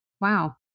Wow